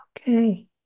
Okay